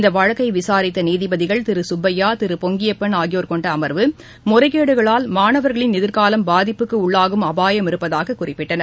இந்த வழக்கை விசாரித்த நீதிபதிகள் திரு சுப்பயா திரு பொங்கியப்பன் ஆகியோர் கொன்ட அமர்வு முறைகேடுகளால் மாணவர்களின் எதிர்னலம் பாதிப்புக்கு உள்ளாகும் அபாயம் இருப்பதாக குறிப்பிட்டனர்